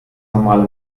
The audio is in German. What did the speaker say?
normale